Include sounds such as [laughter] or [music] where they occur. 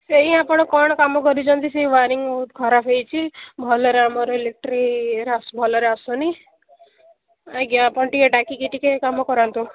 ସେଇଆ ଆପଣ କ'ଣ କାମ କରିଛନ୍ତି ସେଇ ୱାରିଙ୍ଗ୍ ବହୁତ ଖରାପ ହେଇଛି ଭଲରେ ଆମର ଇଲେକ୍ଟ୍ରି [unintelligible] ଭଲରେ ଆସୁନି ଆଜ୍ଞା ଆପଣ ଟିକେ ଡାକିକି ଟିକେ କାମ କରାନ୍ତୁ